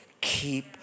keep